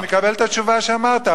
אני מקבל את התשובה שאמרת,